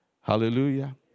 Hallelujah